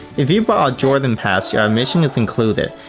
if you brought jordan pass, your admission is included.